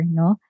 no